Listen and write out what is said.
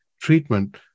treatment